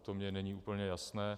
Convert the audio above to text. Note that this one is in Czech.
To mi není úplně jasné.